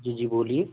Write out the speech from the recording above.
जी बोलिए